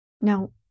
Now